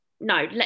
no